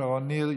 שרון ניר,